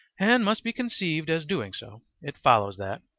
and must be conceived as doing so, it follows that,